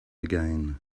again